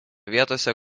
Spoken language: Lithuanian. vietose